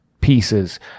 pieces